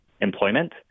employment